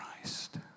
Christ